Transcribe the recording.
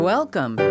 Welcome